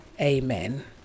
Amen